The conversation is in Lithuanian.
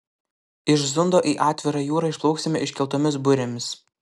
iš zundo į atvirą jūrą išplauksime iškeltomis burėmis